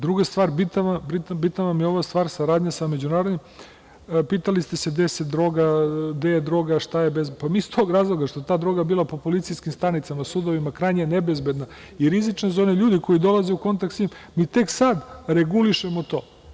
Druga stvar, bitna vam je ova stvar saradnje sa međunarodnim, pitali ste se gde se droga, gde je droga, pa mi iz tog razloga što je ta droga bila po policijskim stanicama, sudovima, krajnje nebezbedna i rizična za one ljude koji dolaze u kontakt sa njom, mi tek sad regulišemo to.